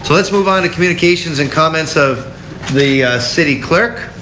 so let's move on to communications and comments of the city clerk.